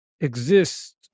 Exist